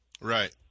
Right